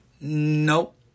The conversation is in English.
Nope